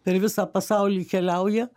per visą pasaulį keliauja